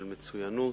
של מצוינות,